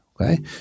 Okay